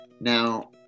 Now